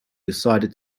decided